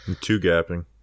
Two-gapping